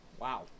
wow